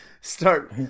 start